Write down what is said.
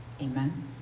Amen